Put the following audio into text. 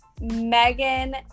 Megan